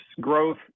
growth